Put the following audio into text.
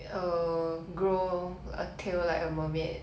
err grow a tail like a mermaid